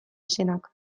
izenak